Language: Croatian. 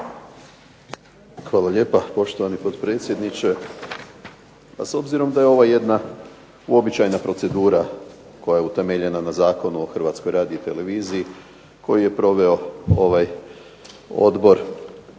Hvala lijepa poštovani potpredsjedniče. Pa s obzirom da je ovo jedna uobičajena procedura koja je utemeljena na Zakonu o Hrvatskoj radioteleviziji koji je proveo ovaj Odbor